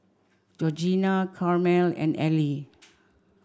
Georgina Carmel and Eli